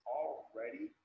already